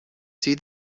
see